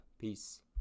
Peace